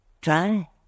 Try